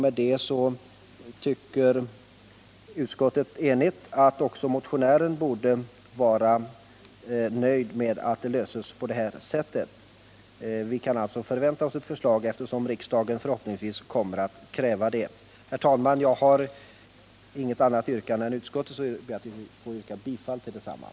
Ett enigt utskott har förklarat att också motionären borde vara nöjd med att problemet löses på detta sätt. Vi kan alltså förvänta oss ett förslag, eftersom riksdagen, genom beslut i dag, förhoppningsvis kommer att kräva detta. Herr talman! Jag yrkar bifall till utskottets hemställan.